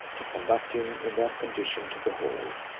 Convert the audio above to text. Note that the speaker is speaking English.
to conduct him in that condition to the hall,